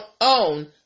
own